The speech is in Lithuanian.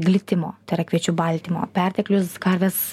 glitimo tai yra kviečių baltymo perteklius karvės